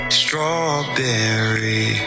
strawberry